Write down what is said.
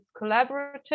collaborative